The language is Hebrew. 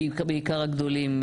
בעיקר הגדולים,